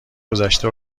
گذشته